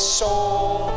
soul